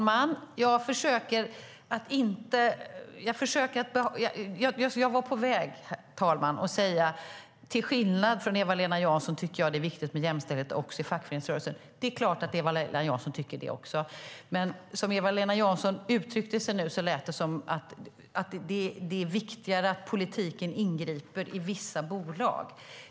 Herr talman! Jag var på väg att säga att jag till skillnad från Eva-Lena Jansson tycker att det är viktigt med jämställdhet också i fackföreningsrörelsen, men det är klart att Eva-Lena Jansson också tycker det. Som Eva-Lena Jansson nu uttryckte sig lät det dock som att det är viktigare att politiken ingriper i vissa bolag.